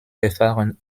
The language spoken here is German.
verfahren